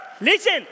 Listen